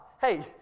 Hey